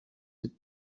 which